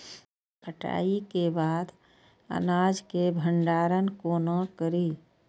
कटाई के बाद अनाज के भंडारण कोना करी?